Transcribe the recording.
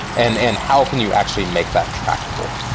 and and how can you actually make that tractable,